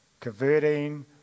Converting